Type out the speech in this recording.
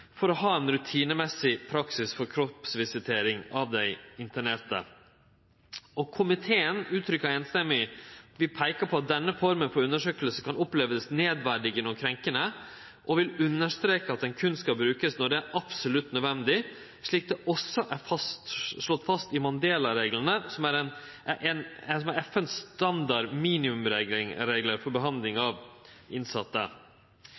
for å ha ein rutinemessig praksis med kroppsvisitering av dei internerte. Komiteen påpeiker samrøystes at denne forma for undersøking kan verte opplevd som nedverdigande og krenkande, og vil understreke at ho berre skal brukast når det er absolutt nødvendig, slik det også er slått fast i Mandela-reglane, som er FNs standard minimumsreglar for behandling av innsette. Eg synest det òg er